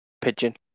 Pigeon